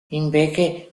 invece